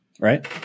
Right